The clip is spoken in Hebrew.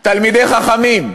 תלמידי חכמים.